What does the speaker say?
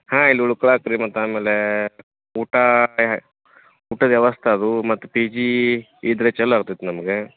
ಹಾಂ ಇಲ್ಲಿ ಉಳ್ಕೊಳಕ್ಕೆ ರೀ ಮತ್ತೆ ಆಮೇಲೆ ಊಟ ಟೆ ಊಟದ ವ್ಯವಸ್ಥೆ ಅದು ಮತ್ತು ಪಿ ಜೀ ಇದ್ದರೆ ಚೊಲೋ ಆಗ್ತೈತೆ ನಮಗೆ